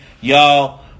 Y'all